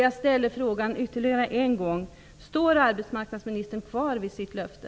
Jag frågar än en gång: Står arbetsmarknadsministern kvar vid sitt löfte?